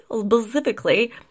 specifically